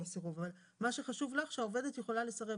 מה שחשוב לך שהעובדת יכולה לסרב.